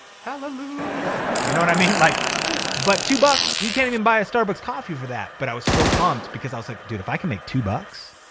hallelujah. yeah you know what i mean? like but two bucks, you can't even buy a starbucks coffee for that. but i was so pumped because i was like, dude, if i can make two bucks,